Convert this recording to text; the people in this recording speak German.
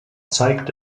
zeigt